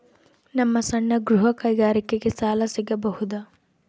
ನಮ್ಮ ಸಣ್ಣ ಗೃಹ ಕೈಗಾರಿಕೆಗೆ ಸಾಲ ಸಿಗಬಹುದಾ?